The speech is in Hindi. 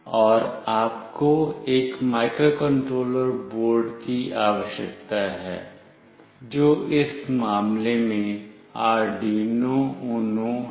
और आपको एक माइक्रोकंट्रोलर बोर्ड की आवश्यकता है जो इस मामले में आर्डयूनो यूनो है